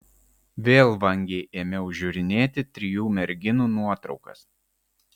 vėl vangiai ėmiau žiūrinėti trijų merginų nuotraukas